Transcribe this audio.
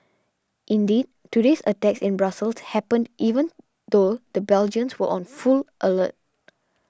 indeed today's attacks in Brussels happened even though the Belgians were on full alert